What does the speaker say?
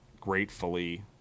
gratefully